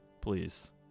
Please